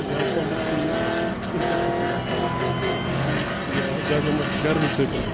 زیادٕ پَہمَتھ چھِ یہِ اِنفٮ۪کشَسٕے آسان یا زیادٕ پَہمَتھ گرمی سۭتۍ